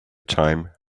time